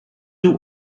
two